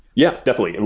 yeah, definitely.